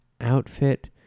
outfit